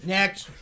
Next